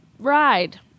ride